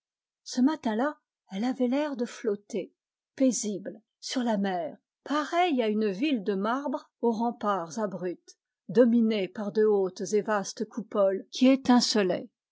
ce matin-là elle avait l'air de flotter paisible sur la mer pareille à une ville de marbre aux remparts abrupts dominés par de hautes et vastes coupoles qui étincelaient